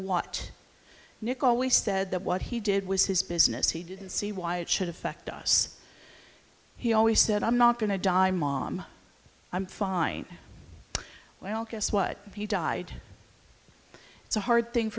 what nick always said that what he did was his business he didn't see why it should affect us he always said i'm not going to die mom i'm fine well guess what he died it's a hard thing